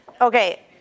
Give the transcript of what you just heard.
Okay